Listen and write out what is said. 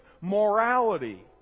morality